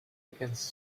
against